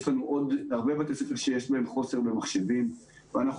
יש לנו עוד הרבה בתי ספר שיש בהם חוסר במחשבים ואנחנו